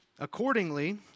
Accordingly